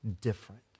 different